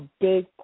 big